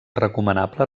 recomanable